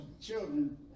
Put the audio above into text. children